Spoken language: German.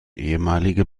ehemalige